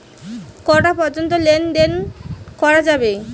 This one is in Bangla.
কটা পর্যন্ত লেন দেন করা যাবে?